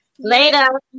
Later